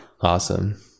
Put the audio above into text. Awesome